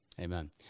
Amen